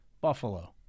Buffalo